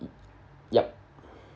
yup